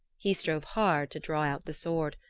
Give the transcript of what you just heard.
he strove hard to draw out the sword,